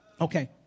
Okay